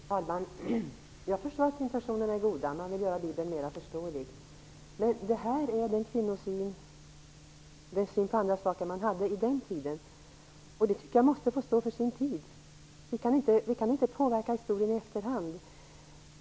Herr talman! Jag förstår att intentionerna är goda, man vill göra Bibeln mera förståelig. Men det är en kvinnosyn som man hade på den tiden. Det tycker jag måste får stå. Vi kan inte påverka historien i efterhand.